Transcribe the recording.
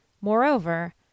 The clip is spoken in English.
Moreover